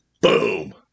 boom